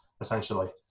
essentially